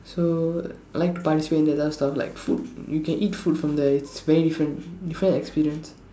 so like to participate in the stuff like food you can eat food from there it's very different different experience